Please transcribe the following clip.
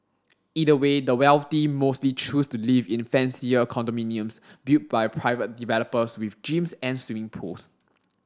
either way the wealthy mostly choose to live in fancier condominiums built by private developers with gyms and swimming pools